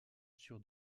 sur